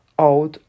out